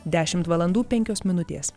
dešimt valandų penkios minutės